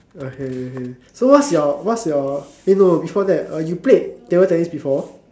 okay okay so what's your what's your eh no no before that you played table tennis before